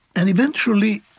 and eventually,